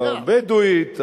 הבדואית,